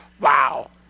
Wow